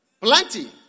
Plenty